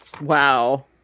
Wow